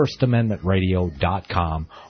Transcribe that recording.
firstamendmentradio.com